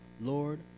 Lord